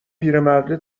پیرمرده